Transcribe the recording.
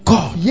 god